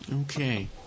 Okay